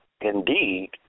indeed